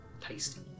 tasty